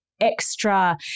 Extra